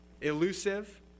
elusive